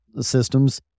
systems